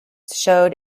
showed